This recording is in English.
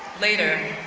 later,